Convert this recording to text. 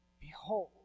behold